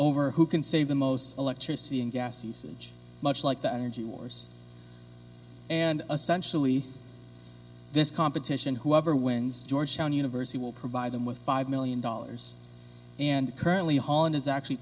over who can save the most electricity and gas usage much like the energy wars and essential e this competition whoever wins georgetown university will provide them with five million dollars and currently holland is actually